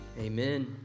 Amen